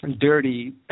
dirty